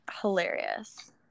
hilarious